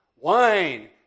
Wine